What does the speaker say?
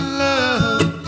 love